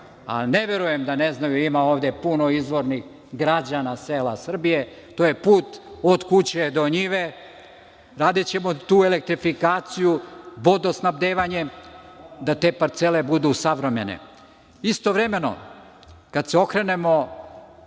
a ne verujem da ne znaju, ima ovde puno izvornih građana sela Srbije, to je put od kuće do njive. Radićemo tu elektrifikaciju, vodosnabdevanje, da te parcele budu savremene. Istovremeno, kada se okrenemo